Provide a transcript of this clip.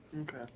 Okay